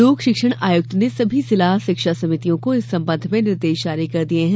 लोक शिक्षण आयुक्त ने सभी जिला शिक्षा अधिकारियों को इस संबंध में निर्देश जारी कर दिये हैं